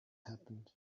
happened